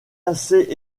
assez